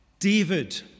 David